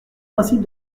principe